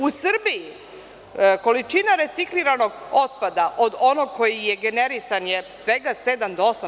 U Srbiji količina recikliranog otpada od onog koji je generisan je svega 7% do 8%